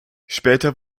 später